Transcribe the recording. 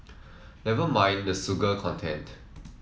never mind the sugar content